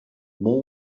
more